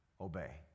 obey